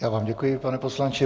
Já vám děkuji, pane poslanče.